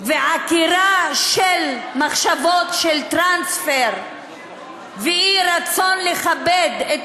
ועקירה של מחשבות על טרנספר ואי-רצון לכבד את